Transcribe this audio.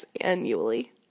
annually